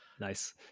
Nice